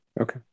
Okay